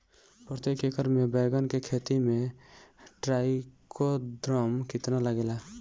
प्रतेक एकर मे बैगन के खेती मे ट्राईकोद्रमा कितना लागेला?